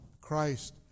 Christ